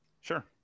Sure